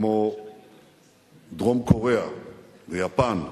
כמו דרום-קוריאה ויפן,